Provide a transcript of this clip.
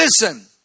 listen